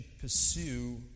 pursue